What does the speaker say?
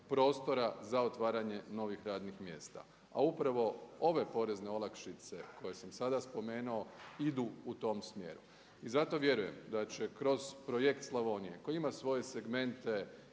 prostora za otvaranje novih radnih mjesta. A upravo ove porezne olakšice koje sam sada spomenuo idu u tom smjeru. I zato vjerujem da će kroz projekt Slavonije koji ima svoje segmente